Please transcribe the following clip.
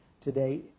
today